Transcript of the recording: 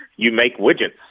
you make widgets.